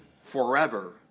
forever